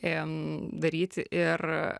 ėjom daryti ir